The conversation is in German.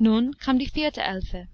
nun kam die vierte elfe